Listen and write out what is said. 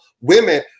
women